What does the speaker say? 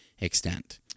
extent